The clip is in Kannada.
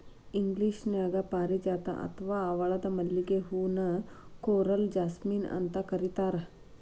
ಇಂಗ್ಲೇಷನ್ಯಾಗ ಪಾರಿಜಾತ ಅತ್ವಾ ಹವಳದ ಮಲ್ಲಿಗೆ ಹೂ ನ ಕೋರಲ್ ಜಾಸ್ಮಿನ್ ಅಂತ ಕರೇತಾರ